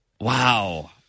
Wow